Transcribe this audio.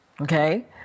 Okay